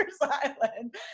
Island